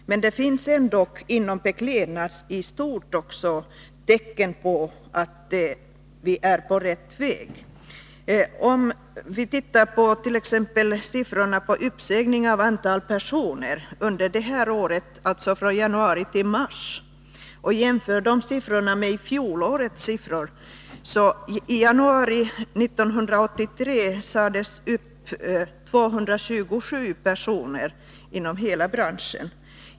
Det finns ändock inom beklädnadsområdet i stort tecken på att vi är på rätt väg. Vi kant.ex. titta på siffrorna för uppsägningar under det här året, alltså från januari till mars, och jämföra dem med fjolårets siffror. I januari 1983 sades det upp 227 personer inom hela branschen.